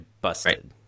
busted